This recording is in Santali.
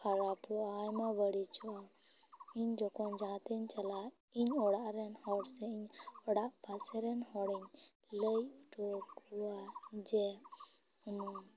ᱠᱷᱟᱨᱟᱯᱚᱜᱼᱟ ᱟᱭᱢᱟ ᱵᱟᱹᱲᱤᱡᱚᱜᱼᱟ ᱤᱧ ᱡᱚᱠᱷᱚᱱ ᱡᱟᱦᱟᱛᱤᱧ ᱪᱟᱞᱟᱜ ᱤᱧ ᱚᱲᱟᱜ ᱨᱮᱱ ᱦᱚᱲ ᱥᱮ ᱚᱲᱟᱜ ᱯᱟᱥᱮᱨᱮᱧ ᱦᱚᱲᱤᱧ ᱞᱟᱹᱭ ᱦᱚᱴᱚᱣᱟᱠᱚᱣᱟ ᱡᱮ